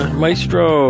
maestro